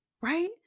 Right